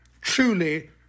truly